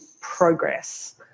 progress